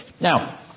Now